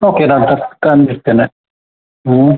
okay ನಾನು ತಂದು ಇಡ್ತೇನೆ ಹ್ಞೂ